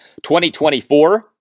2024